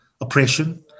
oppression